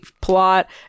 plot